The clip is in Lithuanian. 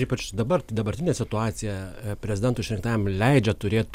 ypač dabar tai dabartinė situacija prezidentui išrinktajam leidžia turėt